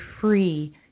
free